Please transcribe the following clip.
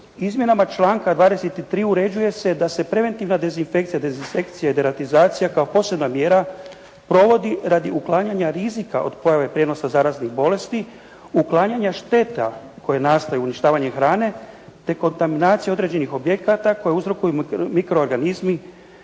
izmjenama članka 23. uređuje se da se preventivna dezinfekcija, dezinsekcija i deratizacija kao posebna mjera provodi radi uklanjanja rizika od pojave prijenosa zaraznih bolesti, uklanjanja šteta koje nastaju uništavanjem hrane te kontaminacija određenih objekata koje uzrokuju mikroorganizmi,